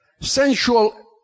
Sensual